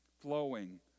flowing